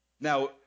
Now